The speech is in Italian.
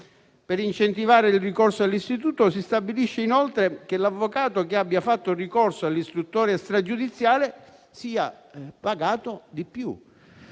Per incentivare il ricorso all'istituto, si stabilisce inoltre che l'avvocato che abbia fatto ricorso all'istruttoria stragiudiziale sia pagato di più